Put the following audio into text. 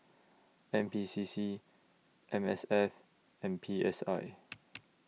N P C C M S F and P S I